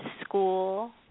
school